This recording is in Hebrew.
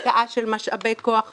השקעה של משאבי כוח אדם,